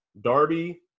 Darby